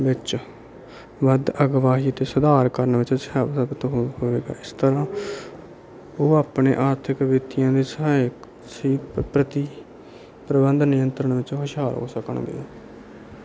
ਵਿੱਚ ਵੱਧ ਅਗਵਾਈ ਅਤੇ ਸੁਧਾਰ ਕਰਨ ਵਿੱਚ ਇਸ ਤਰ੍ਹਾਂ ਉਹ ਆਪਣੇ ਆਰਥਿਕ ਵਿੱਤੀਆਂ ਦੇ ਸਹਾਇਕ ਸੀ ਪ੍ਰਤੀ ਪ੍ਰਬੰਧ ਨਿਯੰਤਰਣ ਵਿੱਚ ਹੁਸ਼ਿਆਰ ਹੋ ਸਕਣਗੇ